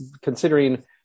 considering